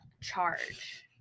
charge